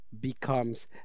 becomes